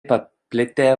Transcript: paplitę